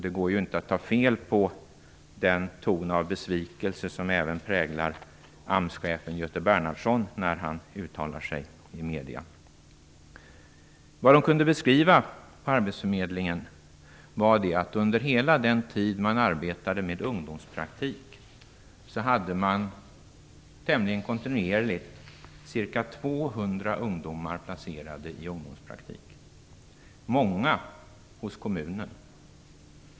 Det går inte heller att ta fel på den ton av besvikelse som även präglar AMS-chefen Göte Bernhardsson när denne uttalar sig i medierna. Vad man kunde beskriva på arbetsförmedlingen var att man under hela den tid som man arbetade med ungdomspraktik tämligen kontinuerligt hade ca 200 ungdomar placerade i ungdomspraktik, många hos kommunen.